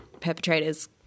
perpetrator's